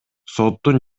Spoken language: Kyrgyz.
соттун